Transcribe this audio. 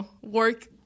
work